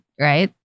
right